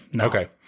Okay